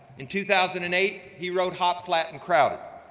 in two thousand and eight, he wrote hot, flat, and crowded,